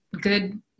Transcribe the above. good